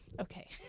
okay